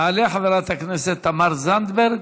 תעלה חברת הכנסת תמר זנדברג,